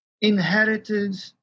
inherited